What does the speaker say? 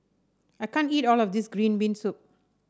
I can't eat all of this Green Bean Soup